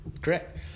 Correct